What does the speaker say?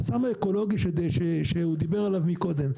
החסם האקולוגי שהוא דיבר עליו מקודם,